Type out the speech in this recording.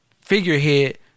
figurehead